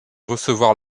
recevoir